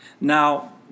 Now